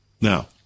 Now